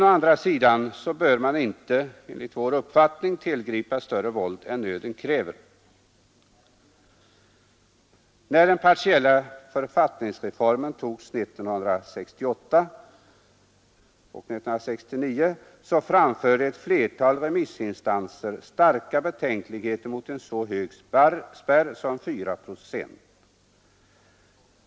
Å andra sidan bör man inte tillgripa större våld än nöden kräver. När den partiella författningsreformen beslutades 1968 och 1969, framförde ett flertal remissinstanser starka betänkligheter mot en så hög spärr som 4 procent.